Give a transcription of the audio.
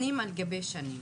שנים על גבי שנים.